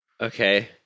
Okay